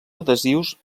adhesius